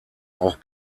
auch